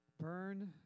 burn